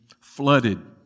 flooded